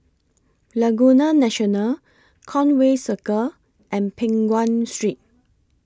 Laguna National Conway Circle and Peng Nguan Street